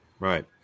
Right